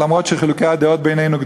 למרות חילוקי הדעות בינינו,